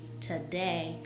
today